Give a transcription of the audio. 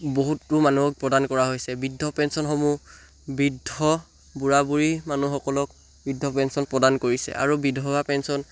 বহুতো মানুহক প্ৰদান কৰা হৈছে বৃদ্ধ পেঞ্চনসমূহ বৃদ্ধ বুঢ়া বুঢী মানুহসকলক বৃদ্ধ পেঞ্চন প্ৰদান কৰিছে আৰু বিধৱা পেঞ্চন